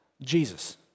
Jesus